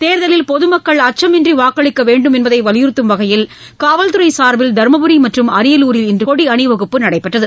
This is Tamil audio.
தேர்தலில் பொதுமக்கள் அச்சம் இன்றி வாக்களிக்க வேண்டும் என்பதை வலியுறுத்தும் வகையில் காவல்துறை சார்பில் தர்மபுரி மற்றும் அரியலூரில் இன்று கொடி அணிவகுப்பு நடைபெற்றது